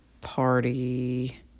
party